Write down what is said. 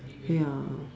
ya